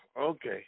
okay